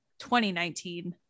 2019